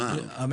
על מה?